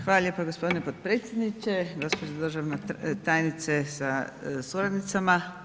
Hvala lijepa gospodine potpredsjedniče, gospođo državna tajnice sa suradnicama.